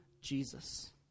Jesus